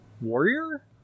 warrior